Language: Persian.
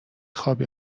خوابی